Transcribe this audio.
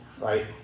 Right